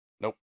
Nope